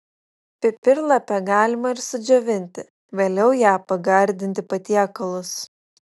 pipirlapę galima ir sudžiovinti vėliau ja pagardinti patiekalus